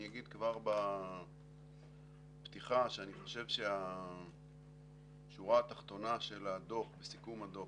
אני אגיד כבר בפתיחה שאני חושב שהשורה התחתונה של הדוח בסיכום הדוח,